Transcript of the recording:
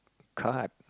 card